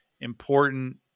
important